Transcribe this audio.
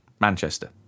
Manchester